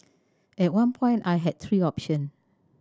at one point I had three option